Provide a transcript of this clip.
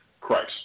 Christ